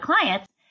clients